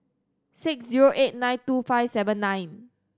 six zero eight nine two five seven nine